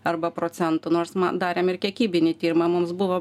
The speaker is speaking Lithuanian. arba procentų nors ma darėm ir kiekybinį tyrimą mums buvo